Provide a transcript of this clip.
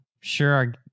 sure